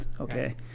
okay